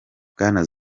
bwana